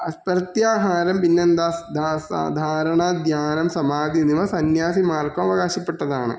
പ്രത്യാഹാരം പിന്നെന്താ സാധാരണ ധ്യാനം സമാധി എന്നിവ സന്യാസിമാർക്കവകാശപ്പെട്ടതാണ്